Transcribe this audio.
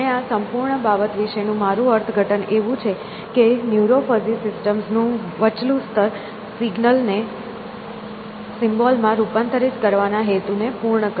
અને આ સંપૂર્ણ બાબત વિશેનું મારું અર્થઘટન એવું છે કે ન્યુરો ફઝી સિસ્ટમ્સ નું વચલું સ્તર સિગ્નલ ને સિમ્બોલ માં રૂપાંતરિત કરવાના હેતુને પૂર્ણ કરે છે